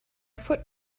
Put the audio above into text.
foot